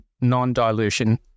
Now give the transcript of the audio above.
non-dilution